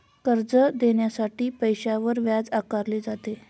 कर्ज देण्यासाठी पैशावर व्याज आकारले जाते